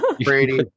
Brady